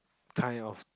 kind of